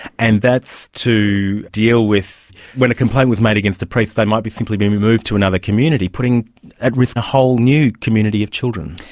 and that's to deal with when a complaint was made against a priest they might be simply being removed to another community, putting at risk a whole new community of children.